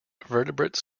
vertebrate